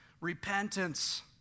Repentance